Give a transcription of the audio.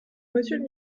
monsieur